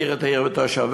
להכיר את העיר ותושביה.